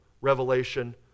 revelation